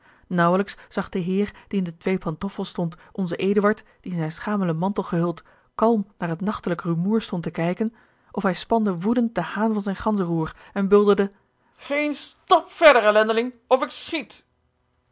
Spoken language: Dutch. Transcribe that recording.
zag de heer die in de twee pantoffels stond onzen eduard die in zijn schamelen mantel gehuld kalm naar het nachtelijk rumoer stond te kijken of hij spande woedend den haan van zijn ganzenroer en bulderde geen stap verder